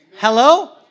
Hello